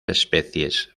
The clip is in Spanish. especies